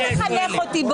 אל תחנך אותי,